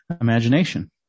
imagination